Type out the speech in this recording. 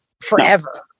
forever